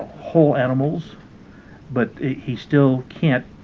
whole animals but he still can't,